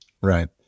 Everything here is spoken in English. Right